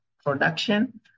Production